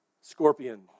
Scorpion